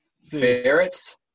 Ferrets